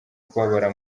kubabara